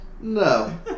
No